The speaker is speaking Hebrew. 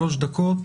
שלוש דקות,